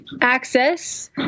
access